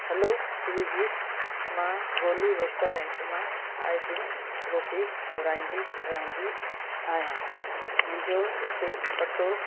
हलो Swiggy मां Golu restaurant मां आए दिन रोटी घुराईंदी रहंदी आहियां मुंहिंजो उते पतो